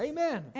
Amen